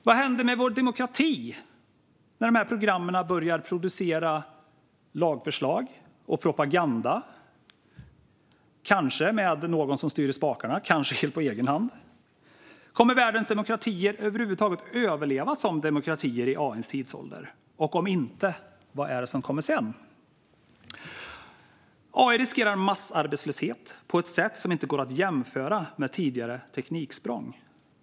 Vad händer med vår demokrati när dessa program börjar producera lagförslag och propaganda - kanske med någon som styr vid spakarna, kanske helt på egen hand? Kommer värdens demokratier över huvud taget att överleva som demokratier i AI:s tidsålder? Om inte - vad är det som kommer sedan? AI riskerar att leda till massarbetslöshet på ett sätt som inte går att jämföra med tidigare tekniksprång.